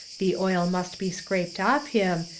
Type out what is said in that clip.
the oil must be scraped off him,